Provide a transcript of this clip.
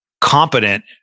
competent